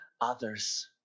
others